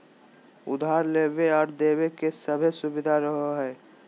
उधार लेबे आर देबे के सभै सुबिधा रहो हइ